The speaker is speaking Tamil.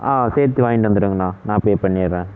ஆ சேர்த்து வாங்கிவிட்டு வந்துடுங்கண்ணா நான் பே பண்ணிவிடுறேன்